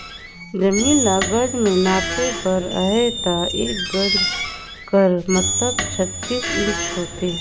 जमीन ल गज में नापे बर अहे ता एक गज कर मतलब छत्तीस इंच होथे